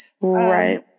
Right